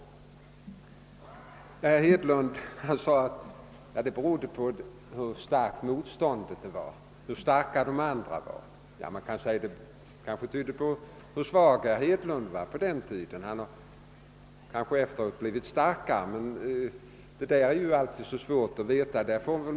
Sedan sade herr Hedlund något om att det beror på hur starkt motståndet var och på hur starka de andra var. Man kanske också kan säga att det berodde på hur svag herr Hedlund var på den tiden. Han har kanske blivit starkare sedan dess. Det är svårt att veta.